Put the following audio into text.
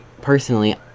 personally